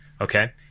Okay